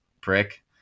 prick